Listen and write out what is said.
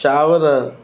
चांवर